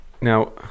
now